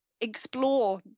explore